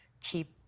keep